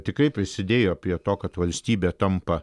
tikrai prisidėjo prie to kad valstybė tampa